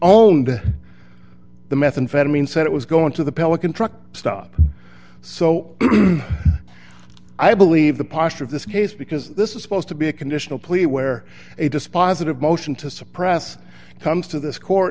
owned the methamphetamine said it was going to the pelican truck stop so i believe the posture of this case because this is supposed to be a conditional plea where a dispositive motion to suppress comes to this court